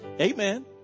Amen